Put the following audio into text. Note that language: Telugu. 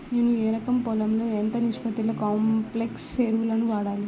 నేను ఎకరం పొలంలో ఎంత నిష్పత్తిలో కాంప్లెక్స్ ఎరువులను వాడాలి?